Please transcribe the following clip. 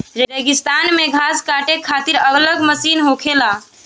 रेगिस्तान मे घास काटे खातिर अलग मशीन होखेला